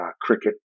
cricket